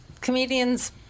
comedians